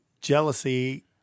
jealousy